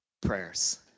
prayers